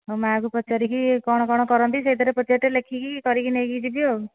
ମୋ ମାଆକୁ ପଚାରିକି କ'ଣ କ'ଣ କରନ୍ତି ସେଥିରେ ପଚାରିକି ଲେଖିକି କରିକି ନେଇକି ଯିବି ଆଉ